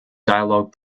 dialog